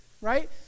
Right